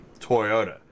Toyota